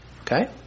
okay